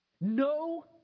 No